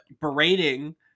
berating